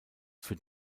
für